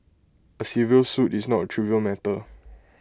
A civil suit is not A trivial matter